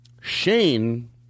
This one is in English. Shane